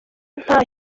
nta